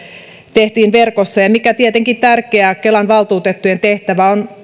tehtiin verkossa ja se mikä tietenkin on tärkeää kelan valtuutettujen tehtävä on